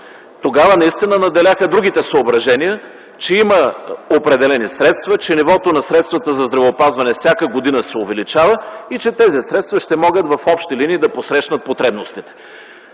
Тогава наистина надделяха другите съображения – че има определени средства, че нивото на средствата за здравеопазване всяка година се увеличава и че тези средства ще могат в общи линии да посрещнат потребностите.